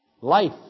Life